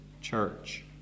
Church